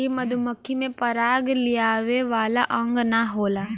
इ मधुमक्खी में पराग लियावे वाला अंग ना होला